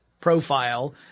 profile